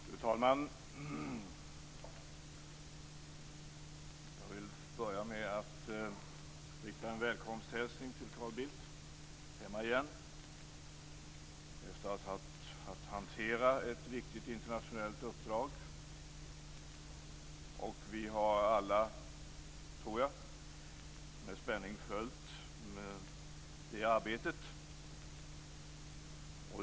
Fru talman! Jag vill börja med att rikta en välkomsthälsning till Carl Bildt, som är hemma igen efter att ha haft att hantera ett viktigt internationellt uppdrag. Vi har alla, tror jag, med spänning följt det arbetet.